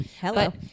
hello